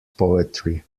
poetry